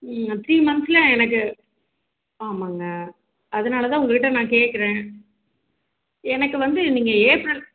three மந்த்ஸில் எனக்கு ஆமாங்க அதனால் தான் உங்கள் கிட்ட நான் கேட்குறன் எனக்கு வந்து நீங்கள் ஏப்ரல்